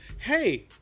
Hey